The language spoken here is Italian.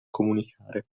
comunicare